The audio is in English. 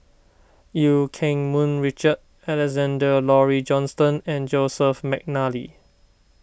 Eu Keng Mun Richard Alexander Laurie Johnston and Joseph McNally